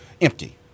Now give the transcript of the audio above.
empty